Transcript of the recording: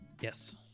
Yes